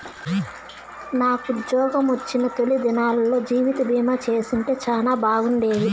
నాకుజ్జోగమొచ్చిన తొలి దినాల్లో జీవితబీమా చేసుంటే సానా బాగుండేది